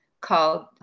called